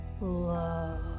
love